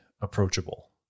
approachable